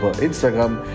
Instagram